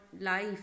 life